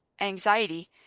anxiety